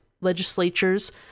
legislature's